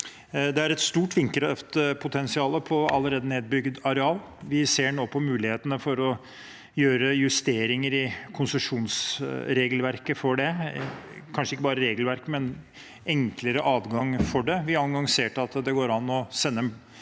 Det er et stort vindkraftpotensial på allerede nedbygd areal. Vi ser nå på mulighetene for å gjøre justeringer i konsesjonsregelverket for det – kanskje ikke bare regelverket, men enklere adgang for det. Vi annonserte at det går an å sende